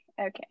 okay